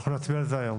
אנחנו נצביע על זה היום.